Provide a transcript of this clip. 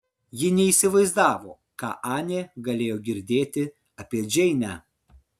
ji neįsivaizdavo ką anė galėjo girdėti apie džeinę